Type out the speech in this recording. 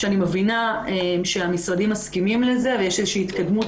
אני מבינה שהמשרדים מסכימים לזה ויש איזושהי התקדמות